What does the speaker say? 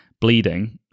bleeding